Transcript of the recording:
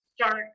start